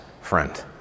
friend